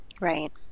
Right